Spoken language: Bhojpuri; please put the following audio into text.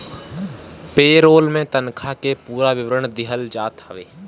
पे रोल में तनखा के पूरा विवरण दिहल जात हवे